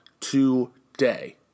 today